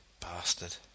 Bastard